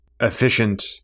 efficient